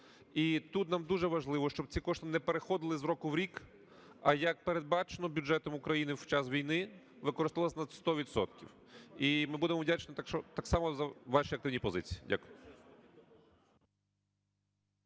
І тут нам дуже важливо, щоб ці кошти не переходили з року в рік, а, як передбачено бюджетом України в час війни, використовувалися на 100 відсотків. І ми будемо вдячні так само за ваші активні позиції. Дякую.